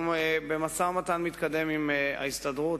ואנחנו במשא-ומתן מתקדם עם ההסתדרות